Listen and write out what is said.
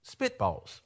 spitballs